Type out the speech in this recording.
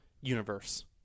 universe